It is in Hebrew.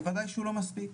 בוודאי שהוא לא מספיק.